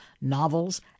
novels